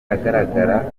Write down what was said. agaragara